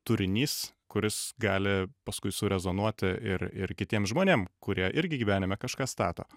turinys kuris gali paskui su rezonuoti ir ir kitiem žmonėm kurie irgi gyvenime kažką stato